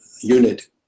unit